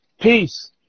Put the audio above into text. peace